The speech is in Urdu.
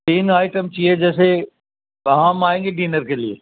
تین آئٹم چاہیے جیسے ہم آئیں گے ڈنر کے لیے